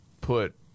put